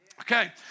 Okay